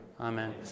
Amen